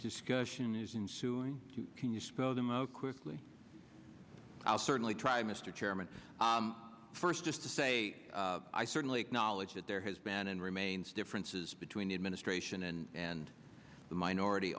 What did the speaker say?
discussion is in suing you can you spell them out quickly i'll certainly try mr chairman first just to say i certainly acknowledge that there has been and remains differences between the administration and the minority